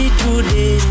today